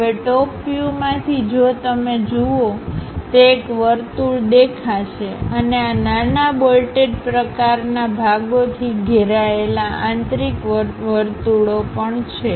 હવે ટોપ વ્યુમાંથી જો તમે જુઓતે એક વર્તુળ દેખાશે અને આ નાના બોલ્ટેડ પ્રકારના ભાગોથી ઘેરાયેલા આંતરિક વર્તુળો પણ છે